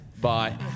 bye